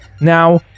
now